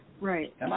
Right